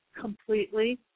completely